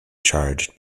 charged